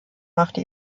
machte